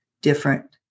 different